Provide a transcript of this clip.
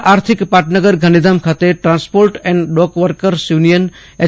જીલ્લાના આર્થિક પાટનગર ગાંધીધામ ખાતે transport and dock workers union H